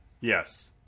yes